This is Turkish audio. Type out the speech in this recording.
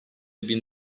bin